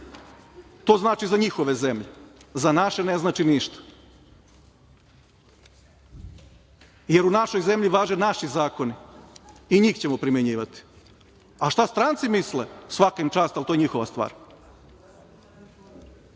To znači za njihove zemlje, za naše ne znači ništa, jer u našoj zemlji važe naši zakoni, i njih ćemo primenjivati. A šta stranci misle, svaka im čast, ali to je njihova stvar.I